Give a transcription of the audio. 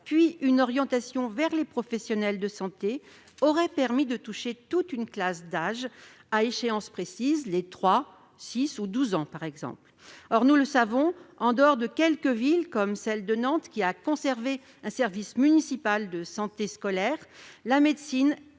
puis une orientation vers les professionnels de santé auraient permis de toucher toute une classe d'âge à échéances précises, par exemple à 3, 6 et 12 ans. Nous le savons : en dehors de quelques villes, comme celle de Nantes, qui ont conservé un service municipal de santé scolaire, la médecine